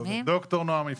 ד"ר נעם יפרח,